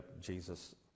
Jesus